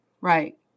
Right